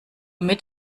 mit